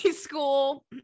school